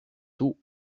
taux